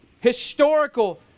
historical